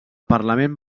parlament